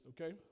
okay